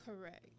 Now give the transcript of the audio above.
Correct